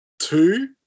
two